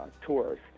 tours